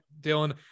dylan